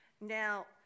Now